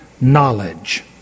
knowledge